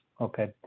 Okay